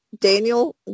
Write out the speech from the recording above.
Daniel